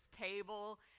table